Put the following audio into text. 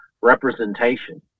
representation